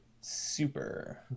super